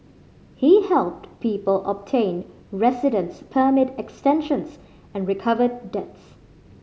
he helped people obtain residence permit extensions and recovered debts